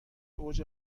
اوج